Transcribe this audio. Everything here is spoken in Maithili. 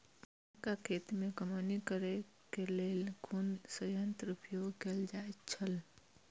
मक्का खेत में कमौनी करेय केय लेल कुन संयंत्र उपयोग कैल जाए छल?